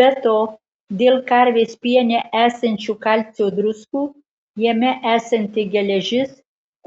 be to dėl karvės piene esančių kalcio druskų jame esanti geležis